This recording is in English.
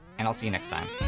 and i'll see you next time.